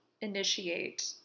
initiate